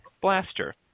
blaster